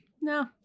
No